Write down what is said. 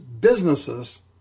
businesses